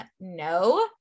no